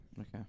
Okay